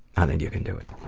i think you can do it.